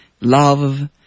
love